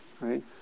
right